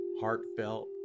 heartfelt